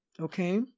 Okay